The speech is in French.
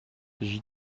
j’y